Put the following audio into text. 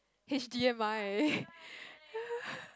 H_D_M_I